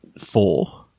four